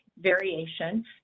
variation